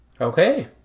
Okay